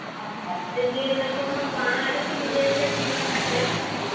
ਅੱਛਾ ਅਤੇ ਜੇ ਇਹਨਾਂ ਕੋਲ ਮੰਗਵਾਉਣਾ ਹੋਇਆ ਤਾਂ ਕਿੰਨੀ ਦੇਰ 'ਚ ਇਹ ਡਿਲੀਵਰ ਕਰਦੇ ਨੇ